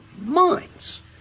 minds